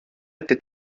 était